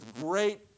great